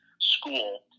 school